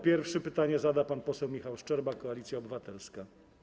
Pierwszy pytanie zada pan poseł Michał Szczerba, Koalicja Obywatelska.